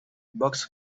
bucks